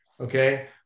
okay